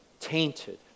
Tainted